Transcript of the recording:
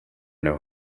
know